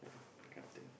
yeah that kind of thing